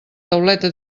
tauleta